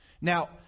Now